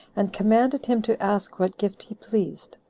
and commanded him to ask what gift he pleased.